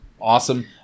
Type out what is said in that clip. awesome